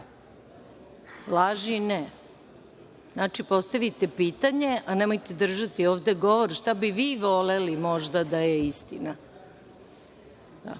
laži ne. Znači, postavite pitanje, a nemojte držati ovde govor šta bi vi voleli možda da je istina.(Balša